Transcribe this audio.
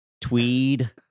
Tweed